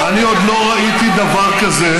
אני עוד לא ראיתי דבר כזה,